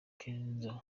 kenzo